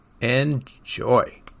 Enjoy